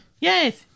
Yes